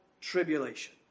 tribulation